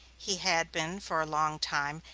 he had been, for a long time,